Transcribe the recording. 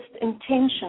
intention